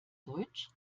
deutsch